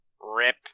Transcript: Rip